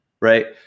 Right